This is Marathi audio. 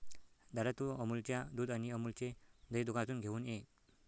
दादा, तू अमूलच्या दुध आणि अमूलचे दही दुकानातून घेऊन ये